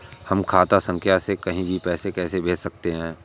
हम खाता संख्या से कहीं भी पैसे कैसे भेज सकते हैं?